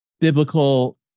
biblical